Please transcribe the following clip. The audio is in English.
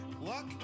luck